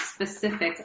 specific